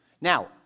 Now